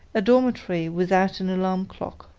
a dormitory without an alarm clock.